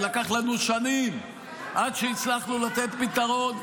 ולקח לנו שנים עד שהצלחנו לתת פתרון.